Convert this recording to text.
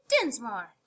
Dinsmore